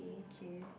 k